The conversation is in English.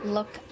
Look